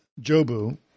Jobu